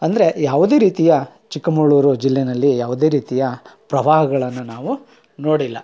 ಅಂದರೆ ಯಾವುದೇ ರೀತಿಯ ಚಿಕ್ಕಮಗಳೂರು ಜಿಲ್ಲೆನಲ್ಲಿ ಯಾವುದೇ ರೀತಿಯ ಪ್ರವಾಹಗಳನ್ನು ನಾವು ನೋಡಿಲ್ಲ